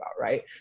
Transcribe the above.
right